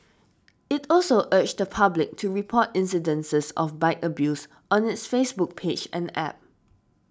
it also urged the public to report incidents of bike abuse on its Facebook page and App